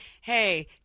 hey